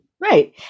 Right